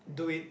do it